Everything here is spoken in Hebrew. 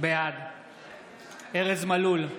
בעד ארז מלול,